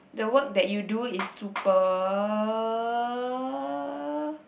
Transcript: the work that you do is super